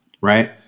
right